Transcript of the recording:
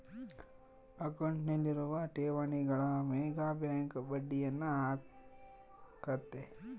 ಅಕೌಂಟ್ನಲ್ಲಿರುವ ಠೇವಣಿಗಳ ಮೇಗ ಬ್ಯಾಂಕ್ ಬಡ್ಡಿಯನ್ನ ಹಾಕ್ಕತೆ